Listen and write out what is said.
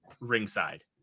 ringside